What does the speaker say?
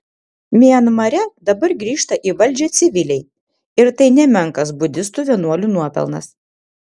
mianmare dabar grįžta į valdžią civiliai ir tai nemenkas budistų vienuolių nuopelnas